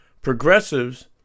progressives